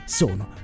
sono